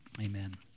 Amen